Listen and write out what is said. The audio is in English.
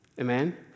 Amen